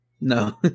no